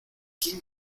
quién